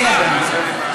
כן, אדוני.